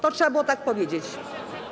To trzeba było tak powiedzieć.